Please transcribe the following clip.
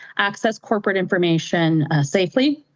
access corporate information safely,